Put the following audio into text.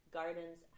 gardens